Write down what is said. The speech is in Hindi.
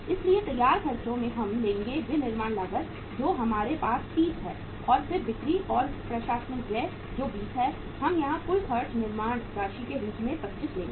इसलिए तैयार खर्चों में हम लेंगे विनिर्माण लागत जो हमारे पास 30 है और फिर बिक्री और प्रशासनिक व्यय जो 20 हैं हम यहाँ कुल खर्च निर्माण राशि के रूप में 25 लेंगे